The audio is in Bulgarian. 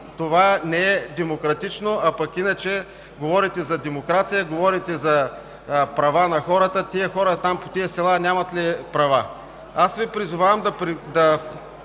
Това не е демократично, а пък иначе говорите за демокрация, говорите за права на хората. Тези хора по тези села нямат ли права?! Аз Ви призовавам да